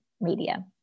media